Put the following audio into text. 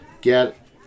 get